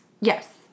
yes